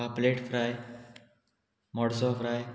पापलेट फ्राय मोडसो फ्राय